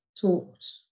talked